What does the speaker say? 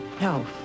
No